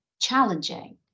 challenging